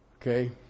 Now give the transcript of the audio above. Okay